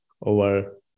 over